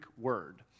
word